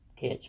catch